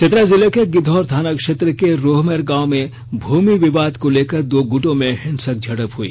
चतरा जिले के गिद्वौर थाना क्षेत्र के रोहमर गांव में भूमि विवाद को लेकर दो गुटों में हिंसक झड़प हुई